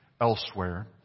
elsewhere